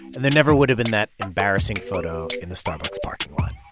and there never would have been that embarrassing photo in the starbucks parking lot